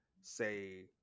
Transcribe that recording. say